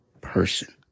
person